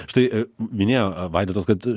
štai minėjo vaidotas kad